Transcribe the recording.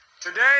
Today